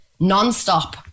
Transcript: nonstop